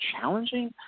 challenging